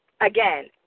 again